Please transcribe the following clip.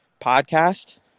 Podcast